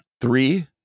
three